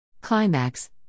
Climax